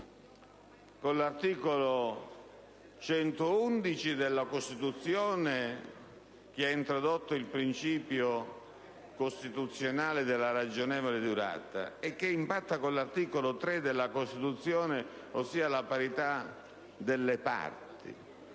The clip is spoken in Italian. con l'articolo 111 della Costituzione, che ha introdotto il principio costituzionale della ragionevole durata del processo, e con l'articolo 3 della Costituzione, sotto il profilo della parità